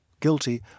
guilty